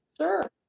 Sure